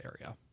area